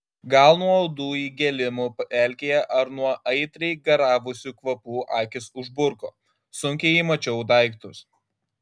gal nuo uodų įgėlimų pelkėje ar nuo aitriai garavusių kvapų akys užburko sunkiai įmačiau daiktus